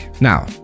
Now